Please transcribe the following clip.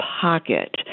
pocket